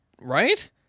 Right